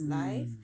mm